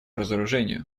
разоружению